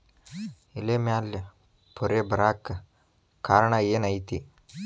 ಎಲೆ ಮ್ಯಾಲ್ ಪೊರೆ ಬರಾಕ್ ಕಾರಣ ಏನು ಐತಿ?